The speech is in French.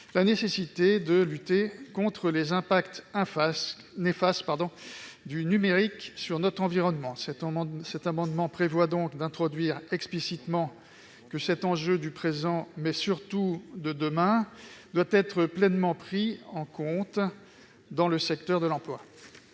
la nécessité de lutter contre les impacts en face n'efface pardon du numérique sur notre environnement cet cet amendement prévoit donc d'introduire explicitement que cet enjeu du présent, mais surtout de demain doit être pleinement pris en compte dans le secteur de l'emploi.